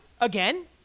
again